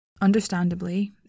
Understandably